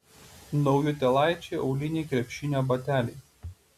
naujutėlaičiai auliniai krepšinio bateliai